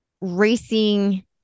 racing